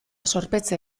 zorpetze